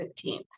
15th